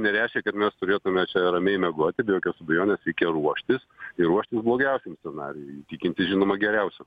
nereiškia kad mes turėtume čia ramiai miegoti be jokios abejonės reikia ruoštis ir ruoštis blogiausiam scenarijui tikintis žinoma geriausio